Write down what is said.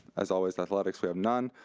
as always, athletics we have none.